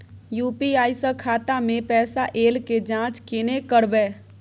UPI स खाता मे पैसा ऐल के जाँच केने करबै?